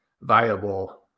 viable